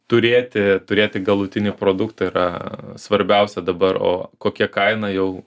turėti turėti galutinį produktą yra svarbiausia dabar o kokia kaina jau